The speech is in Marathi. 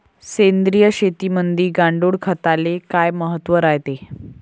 सेंद्रिय शेतीमंदी गांडूळखताले काय महत्त्व रायते?